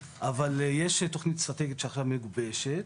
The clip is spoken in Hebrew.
אבל יש תוכנית אסטרטגית שעכשיו מגובשת.